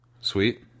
Sweet